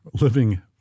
living